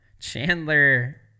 Chandler